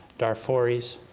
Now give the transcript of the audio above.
darfurees,